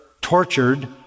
tortured